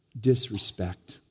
disrespect